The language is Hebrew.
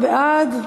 נמנע?